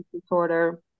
disorder